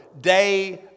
day